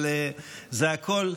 אבל הכול,